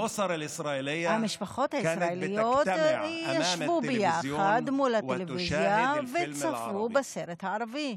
המשפחות הישראליות ישבו ביחד מול הטלוויזיה וצפו בסרט הערבי.